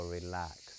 relax